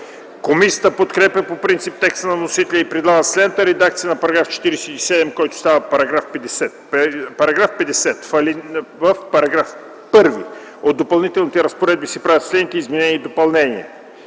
Комисията подкрепя по принцип текста на вносителя и предлага следната редакция на § 47, който става § 50: „§ 50. В § 1 от Допълнителните разпоредби се правят следните изменения и допълнения: